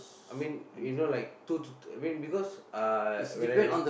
I mean you know like two t~ I mean because uh when I